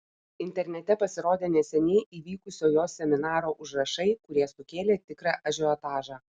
internete pasirodė neseniai įvykusio jo seminaro užrašai kurie sukėlė tikrą ažiotažą